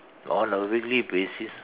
on a weekly basis